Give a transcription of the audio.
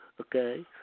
Okay